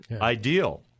IDEAL